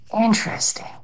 Interesting